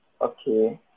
Okay